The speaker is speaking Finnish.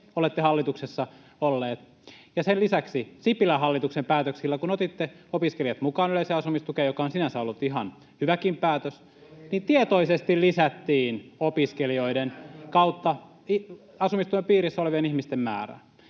olette hallituksessa olleet, ja sen lisäksi Sipilän hallituksen päätöksillä, kun otitte opiskelijat mukaan yleiseen asumistukeen, joka on sinänsä ollut ihan hyväkin päätös, [Ben Zyskowiczin välihuuto] tietoisesti lisättiin opiskelijoiden kautta asumistuen piirissä olevien ihmisten määrää.